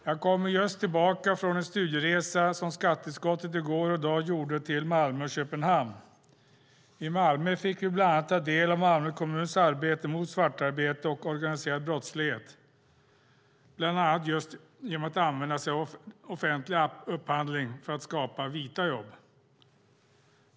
Jag kommer just tillbaka från en studieresa som skatteutskottet i går och i dag gjorde till Malmö och Köpenhamn. I Malmö fick vi bland annat ta del av Malmö kommuns arbete mot svartarbete och organiserad brottslighet genom att använda sig av offentlig upphandling för att skapa vita jobb.